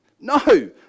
No